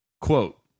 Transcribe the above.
Quote